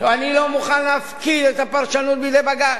אני לא מוכן להפקיר את הפרשנות בידי בג"ץ.